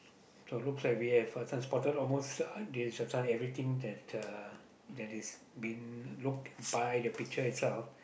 so looks like we have uh this one spotted almost this one everything that uh that is been look by the picture itself